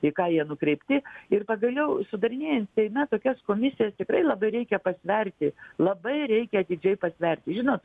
į ką jie nukreipti ir pagaliau sudarinėjant seime tokias komisijas tikrai labai reikia pasverti labai reikia atidžiai pasverti žinot